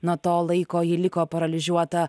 nuo to laiko ji liko paralyžiuota